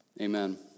Amen